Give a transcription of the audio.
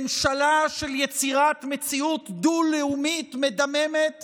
ממשלה של יצירת מציאות דו-לאומית מדממת לדורות,